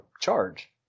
charge